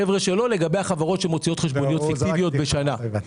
לגבי החברות שמוציאות חשבוניות פיקטיביות במשך שנה.